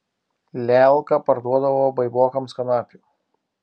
lelka parduodavo baibokams kanapių